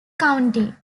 county